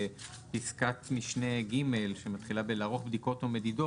בפסקת משנה (ג) שמתחילה ב"לערוך בדיקות או מדידות".